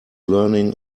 leaning